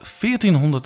1400